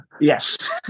Yes